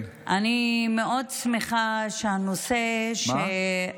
אני מאוד שמחה שהנושא, מה?